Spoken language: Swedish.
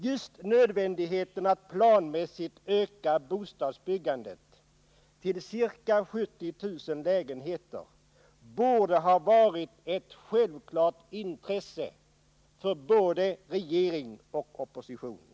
Just nödvändigheten att planmässigt öka bostadsbyggandet till ca 70 000 lägenheter borde ha varit ett självklart intresse för både regeringen och oppositionen.